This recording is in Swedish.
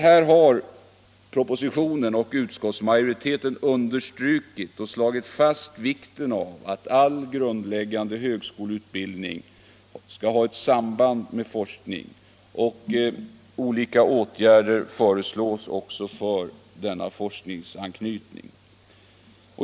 Här har departementschefen i propositionen och sedan utskottsmajoriteten slagit fast vikten av att all grundläggande högskoleutbildning har ett samband med forskning. Olika åtgärder föreslås för denna forskningsanknytning.